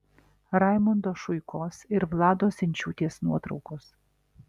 raimundo šuikos ir vlados inčiūtės nuotraukos